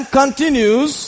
continues